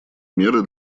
меры